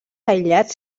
aïllats